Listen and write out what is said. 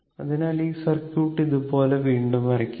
അതിനാൽ ഈ സർക്യൂട്ട് ഇതുപോലെ വീണ്ടും വരയ്ക്കാം